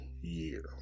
year